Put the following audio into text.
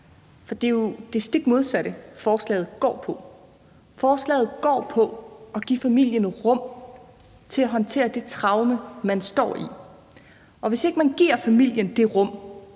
For det er jo det stik modsatte, som forslaget går på. Forslaget går på at give familien rum til at håndtere det traume, den står i. Og hvis man ikke giver familien det rum,